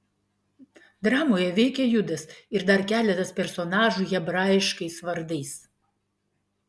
dramoje veikia judas ir dar keletas personažų hebraiškais vardais